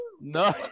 No